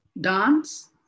dance